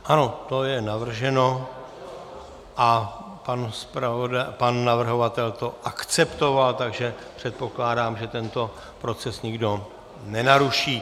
Ano, to je navrženo a pan navrhovatel to akceptoval, takže předpokládám, že tento proces nikdo nenaruší.